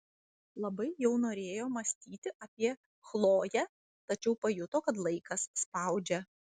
labai jau norėjo mąstyti apie chloję tačiau pajuto kad laikas spaudžia